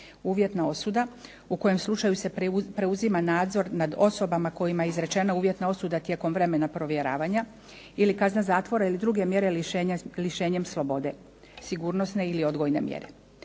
uvjetna osuda u kojem slučaju se preuzima nadzor nad osobama kojima je izrečena uvjetna osuda tijekom vremena provjeravanja ili kazna zatvora ili druge mjere lišenjem slobode, sigurnosne ili odgojne mjere.